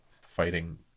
fighting